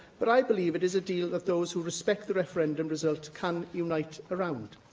but i believe it is a deal that those who respect the referendum result can unite around.